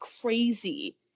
crazy